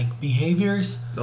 behaviors